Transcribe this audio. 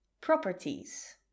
Properties